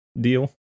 deal